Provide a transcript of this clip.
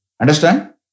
Understand